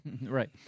Right